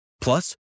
Plus